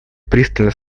пристально